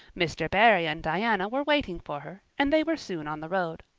mr. barry and diana were waiting for her, and they were soon on the road.